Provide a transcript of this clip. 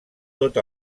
tot